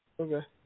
Okay